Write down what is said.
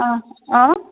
অঁ অঁ